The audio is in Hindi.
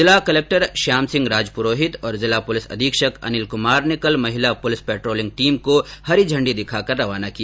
जिला कलक्टर श्याम सिंह राजपुरोहित और जिला पुलिस अधीक्षक अनिल कुमार ने कल महिला पुलिस पेट्रोलिंग टीम को हरी झंडी दिखाकर रवाना किया